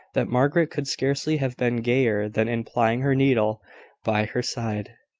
that margaret could scarcely have been gayer than in plying her needle by her side.